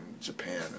Japan